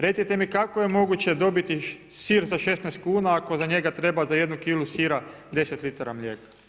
Recite mi kako je moguće dobiti sir za 16 kuna ako za njega treba, za jednu kilu sira 10 litara mlijeka.